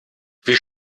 wie